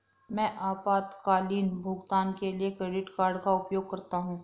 मैं आपातकालीन भुगतान के लिए क्रेडिट कार्ड का उपयोग करता हूं